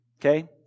okay